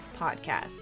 podcast